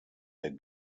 der